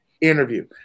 interview